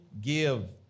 give